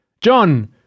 John